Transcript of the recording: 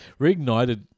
Reignited